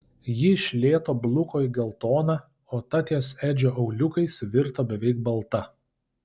ji iš lėto bluko į geltoną o ta ties edžio auliukais virto beveik balta